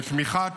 את תמיכת